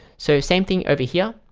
so same thing over here.